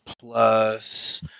plus